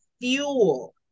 fuel